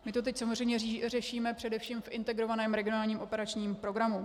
My to teď samozřejmě řešíme především v Integrovaném regionálním operačním programu.